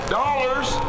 dollars